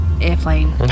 Airplane